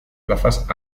plazas